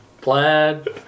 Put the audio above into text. Plaid